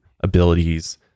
abilities